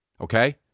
Okay